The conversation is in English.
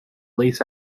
lace